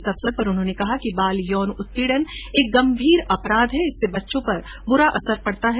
इस अवसर पर उन्होंने कहा कि बाल यौन उत्पीड़न एक गंभीर अपराध है जिससे बच्चों पर बुरा असर पड़ता है